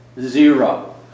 Zero